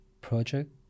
project